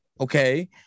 Okay